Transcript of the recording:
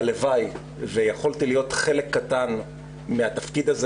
והלוואי ויכולתי להיות חלק קטן מהתפקיד הזה.